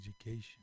education